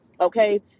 Okay